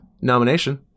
nomination